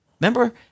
Remember